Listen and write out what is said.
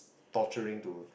torturing to